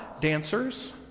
dancers